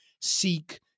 seek